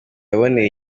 yaboneye